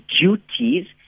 duties